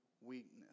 weakness